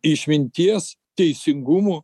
išminties teisingumo